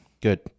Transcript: good